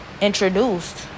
introduced